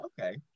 Okay